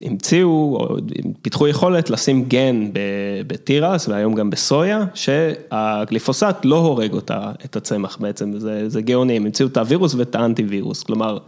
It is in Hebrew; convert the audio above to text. המציאו, פיתחו יכולת לשים גן בתירס, והיום גם בסויה, שהגליפוסט לא הורג אותה, את הצמח בעצם, זה גאוני, הם המציאו את הווירוס ואת האנטיווירוס, כלומר...